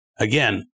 Again